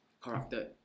corrupted